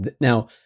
Now